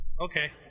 Okay